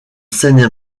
seine